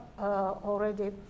already